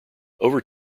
over